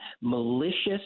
malicious